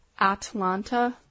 Atlanta